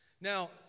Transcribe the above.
Now